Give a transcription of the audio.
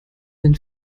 den